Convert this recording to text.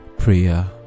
Prayer